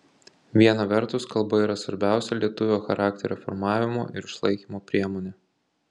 viena vertus kalba yra svarbiausia lietuvio charakterio formavimo ir išlaikymo priemonė